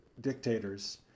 dictators